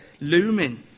looming